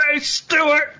Stewart